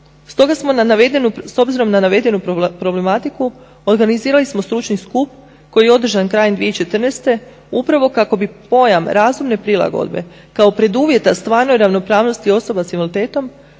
Stoga smo s obzirom na navedenu problematiku organizirali smo stručni skup koji je održan krajem 2014. upravo kako bi pojam razumne prilagodbe kao preduvjeta stvarnoj ravnopravnosti osoba s invaliditetom